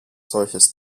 solches